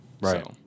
Right